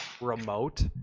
remote